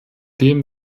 dem